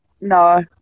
no